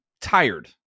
tired